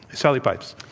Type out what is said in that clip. sally pipes?